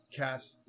cast